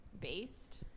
based